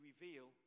reveal